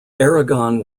aragon